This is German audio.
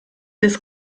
des